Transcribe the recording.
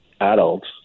adults